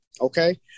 Okay